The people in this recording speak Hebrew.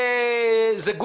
זה שיש